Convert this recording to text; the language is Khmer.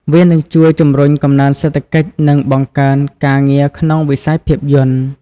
វានឹងជួយជំរុញកំណើនសេដ្ឋកិច្ច និងបង្កើនការងារក្នុងវិស័យភាពយន្ត។